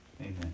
Amen